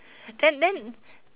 then then